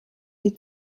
die